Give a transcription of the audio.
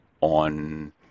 on